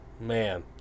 man